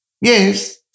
Yes